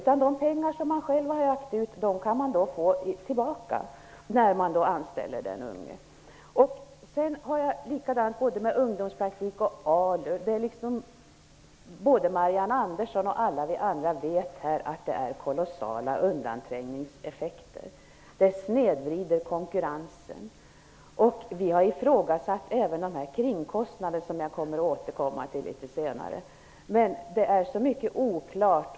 I stället kan man när man anställer den unge få tillbaka de pengar som man själv har lagt ut. Vad gäller både ungdomspraktik och ALU vet både Marianne Andersson och alla vi andra att dessa stödformer får kolossala undanträngningseffekter. De snedvrider konkurrensen. Vi har även ifrågasatt deras kringkostnader, som jag tänker återkomma till litet senare. Mycket är oklart.